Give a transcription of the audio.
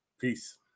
Peace